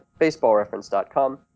BaseballReference.com